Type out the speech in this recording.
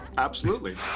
absolutely!